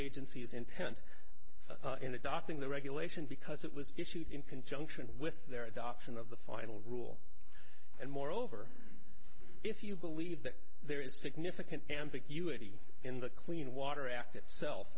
agency's intent in adopting the regulation because it was issued in conjunction with their adoption of the final rule and moreover if you believe that there is significant ambiguity in the clean water act itself